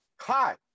Hi